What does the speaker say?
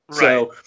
Right